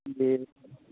ए